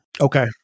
Okay